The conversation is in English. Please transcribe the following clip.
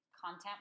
content